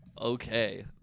okay